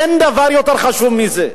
אין דבר יותר חשוב מזה.